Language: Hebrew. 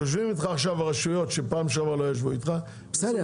יושבים איתך עכשיו הרשויות שפעם שעברה לא ישבו איתך -- בסדר,